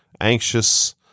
anxious